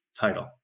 title